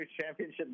championship